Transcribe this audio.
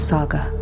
Saga